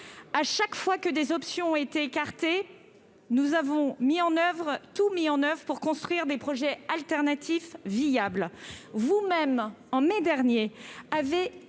À chaque fois que des options ont été écartées, nous avons tout mis en oeuvre pour construire des projets alternatifs viables. Vous-même, en mai dernier, avez